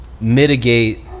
mitigate